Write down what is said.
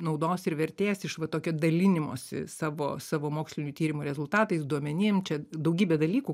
naudos ir vertės iš va tokio dalinimosi savo savo mokslinių tyrimų rezultatais duomenim čia daugybė dalykų